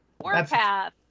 Warpath